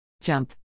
jump